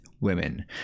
women